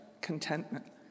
contentment